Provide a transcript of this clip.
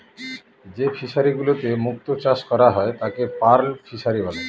যে ফিশারিগুলোতে মুক্ত চাষ করা হয় তাকে পার্ল ফিসারী বলে